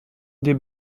des